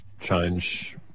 change